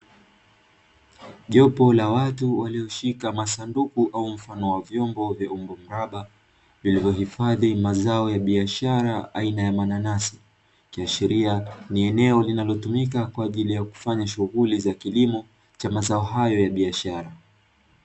Jopu la watu walioshika masanduku au mfano wa vyombo vya umbo mraba vilivyohifadhi mazao ya biashara aina ya mananasi, ikiashiria ni eneo linalotumika kwa ajili ya kufanya shughuli za kilimo cha mazo hayo ya biashara.